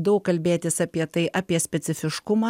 daug kalbėtis apie tai apie specifiškumą